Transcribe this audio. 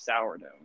sourdough